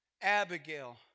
Abigail